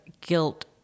guilt